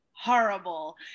horrible